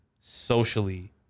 socially